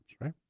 right